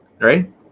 right